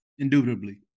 Indubitably